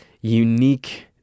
unique